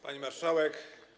Pani Marszałek!